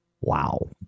Wow